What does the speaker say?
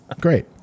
Great